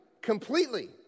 completely